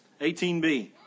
18b